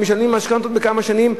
שהם משלמים עליהן משכנתאות כמה שנים,